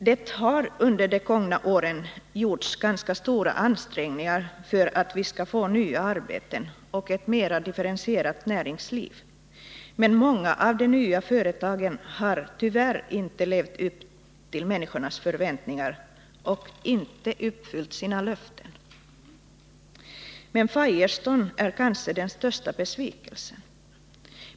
Det har under de gångna åren gjorts ganska stora ansträngningar för att vi skall få nya arbeten och ett mera differentierat näringsliv, men många av de nya företagen har tyvärr inte levt upp till människornas förväntningar och 17 inte uppfyllt sina löften. Men Firestone är kanske den största besvikelsen.